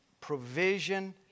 provision